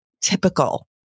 typical